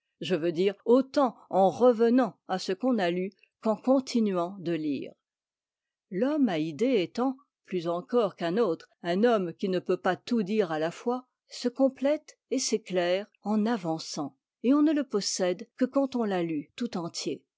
je veux dire autant en revenant à ce qu'on a lu qu'en continuant de lire l'homme à idées étant plus encore qu'un autre un homme qui ne peut pas tout dire à la fois se complète et s'éclaire en avançant et on ne le possède que quand on l'a lu tout entier